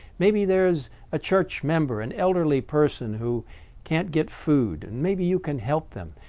maybe there's a church member, an elderly person who can't get food, and maybe you can help them.